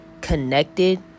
connected